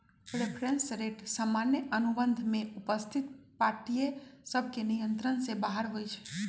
reference rate सामान्य अनुबंध में उपस्थित पार्टिय सभके नियंत्रण से बाहर होइ छइ